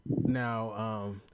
now